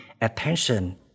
attention